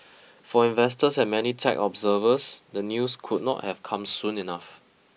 for investors and many tech observers the news could not have come soon enough